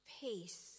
peace